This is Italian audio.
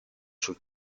sul